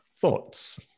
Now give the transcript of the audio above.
Thoughts